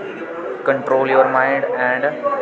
control your mind and